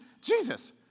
Jesus